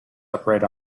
upright